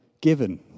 given